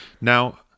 Now